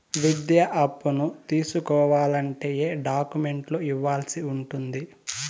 విద్యా అప్పును తీసుకోవాలంటే ఏ ఏ డాక్యుమెంట్లు ఇవ్వాల్సి ఉంటుంది